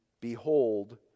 behold